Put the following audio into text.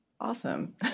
awesome